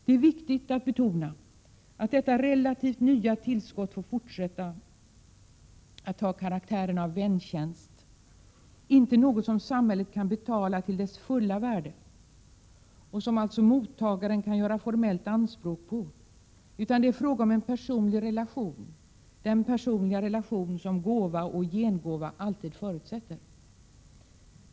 Det är viktigt att betona att detta relativt nya tillskott får fortsätta att ha karaktären av väntjänst, och inte en tjänst som samhället kan betala till dess fulla värde och som mottagaren kan göra formellt anspråk på. Det är här fråga om en personlig relation, den personliga relation som gåva och gengåva alltid förutsätter.